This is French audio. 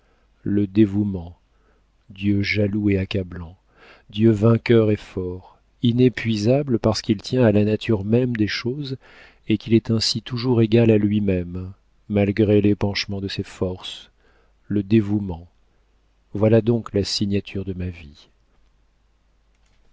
le dévouement dieu jaloux et accablant dieu vainqueur et fort inépuisable parce qu'il tient à la nature même des choses et qu'il est ainsi toujours égal à lui-même malgré l'épanchement de ses forces le dévouement voilà donc la signature de ma vie